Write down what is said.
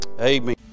Amen